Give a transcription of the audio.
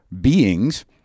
beings